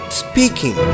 speaking